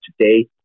today